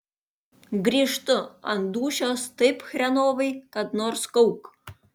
grįžtu ant dūšios taip chrenovai kad nors kauk